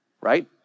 right